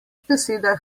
besedah